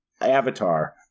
Avatar